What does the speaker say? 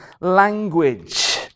language